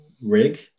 rig